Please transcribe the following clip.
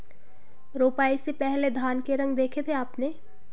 रोपाई से पहले धान के रंग देखे थे आपने?